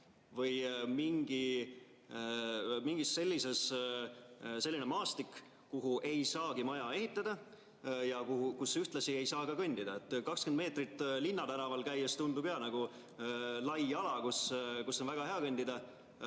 või mingi selline maastik, kuhu ei saagi maja ehitada ja kus ühtlasi ei saa ka kõndida. 20 meetrit linnatänaval käies tundub laia alana, kus on väga hea kõndida,